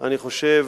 בעיסוק התקשורתי,